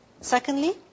Secondly